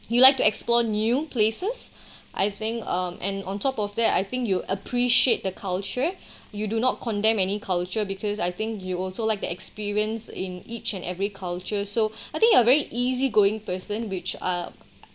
you like to explore new places I think um and on top of that I think you appreciate the culture you do not condemn any culture because I think you also like to experience in each and every culture so I think you are very easygoing person which uh